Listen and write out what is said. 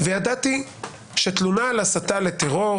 וידעתי שתלונה על הסתה לטרור